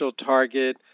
target